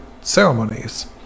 ceremonies